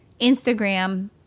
Instagram